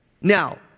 Now